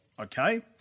Okay